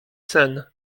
sen